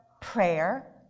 prayer